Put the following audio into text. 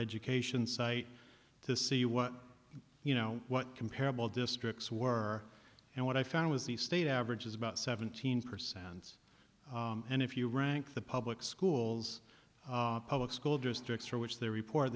education site to see what you know what comparable districts were and what i found was the state average is about seventeen percent and if you rank the public schools public school districts for which they report